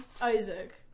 Isaac